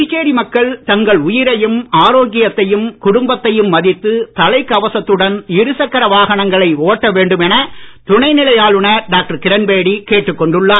புதுச்சேரி மக்கள் தங்கள் உயிரையும் ஆரோக்கியத்தையும் குடும்பத்தையும் மதித்து தலைக்கவசத்துடன் இருசக்கர வாகனங்களை ஓட்ட வேண்டும் என துணை நிலை ஆளுநர் டாக்டர் கிரண்பேடி கேட்டுக் கொண்டுள்ளார்